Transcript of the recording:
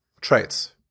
traits